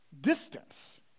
distance